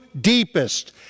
deepest